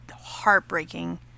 heartbreaking